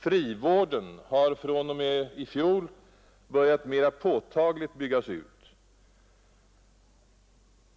Frivården har fr.o.m.i fjol börjat mer påtagligt byggas ut.